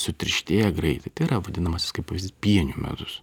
sutirštėja greitai tai yra vadinamasis kaip pienių medus